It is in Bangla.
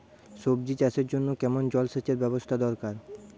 সবজি চাষের জন্য কেমন জলসেচের ব্যাবস্থা দরকার?